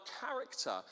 character